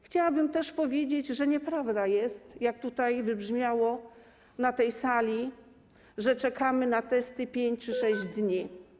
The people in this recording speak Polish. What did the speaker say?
Chciałabym też powiedzieć, że nieprawdą jest, jak wybrzmiało na tej sali, że czekamy na testy 5 czy 6 dni.